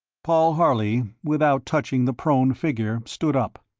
paul harley, without touching the prone figure, stood up.